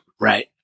Right